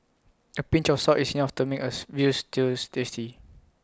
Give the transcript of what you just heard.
A pinch of salt is enough to make A Veal Stew tasty